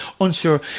unsure